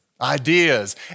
Ideas